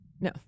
No